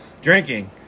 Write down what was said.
drinking